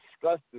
disgusted